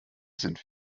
sind